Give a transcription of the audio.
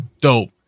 dope